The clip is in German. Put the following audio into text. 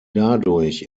dadurch